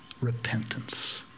repentance